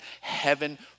heaven